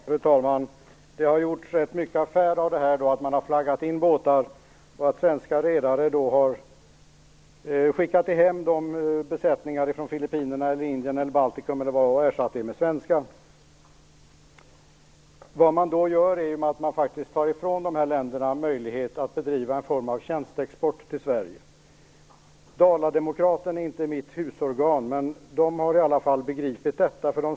Fru talman! Det har gjorts en rätt stor affär av att man har flaggat in båtar och att svenska redare har skickat hem besättningarna från Filippinerna, Indien eller Baltikum och ersatt dem med svenska besättningar. Vad man då gör är ju faktiskt att man tar ifrån de här länderna en möjlighet att bedriva en form av tjänsteexport till Sverige. Dala-Demokraten är inte mitt husorgan, men jag kan konstatera att man där har begripit detta.